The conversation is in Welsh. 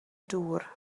dŵr